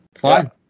fine